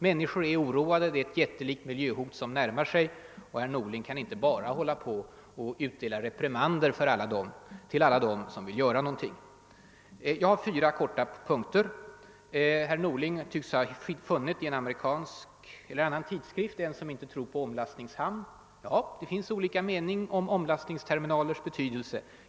Människor är oroade, det är ett jättelikt hot som närmar sig — och herr Norling kan då inte bara hålla på och utdela reprimander till alla dem som vill göra någonting. Jag vill kort ta upp fyra punkter. 1. Herr Norling tycks i en amerikansk eller annan tidskrift ha funnit en person som inte tror på omlastningshamnar. Nej, det finns olika meningar om omlastningsterminalers betydelse.